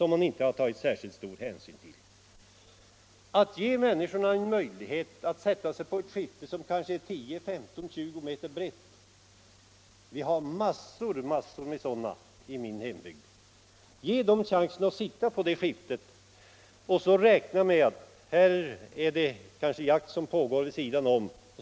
Man ger människorna möjlighet att sätta sig på ett skifte som är 10, 15 eller 20 meter brett — vi har massor med sådana i min hembygd — och räkna med att det pågår jakt vid sidan om.